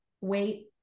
wait